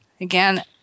again